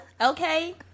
Okay